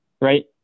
right